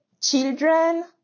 children